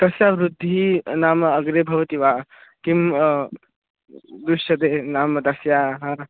तस्याः वृद्धिः नाम अग्रे भवति वा किं दृश्यते नाम तस्याः